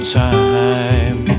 time